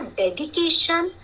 dedication